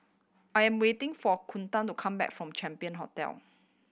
I'm waiting for Kunta to come back from Champion Hotel